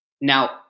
Now